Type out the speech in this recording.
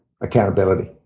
accountability